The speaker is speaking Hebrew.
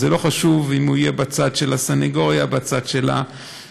לא חשוב אם הוא יהיה בצד של הסנגוריה או בצד של המדינה,